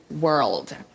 world